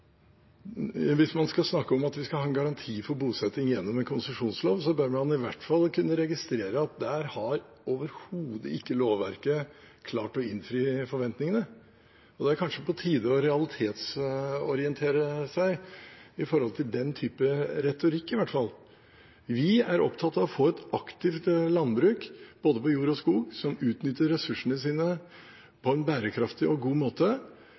Hvis man skal snakke om at vi skal ha en garanti for bosetting gjennom en konsesjonslov, bør man i hvert fall kunne registrere at der har overhodet ikke lovverket klart å innfri forventningene. Det er kanskje på tide å realitetsorientere seg, i hvert fall i den typen retorikk? Vi er opptatt av å få et aktivt landbruk, innenfor både jord og skog, som utnytter ressursene på en bærekraftig og en god måte.